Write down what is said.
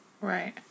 Right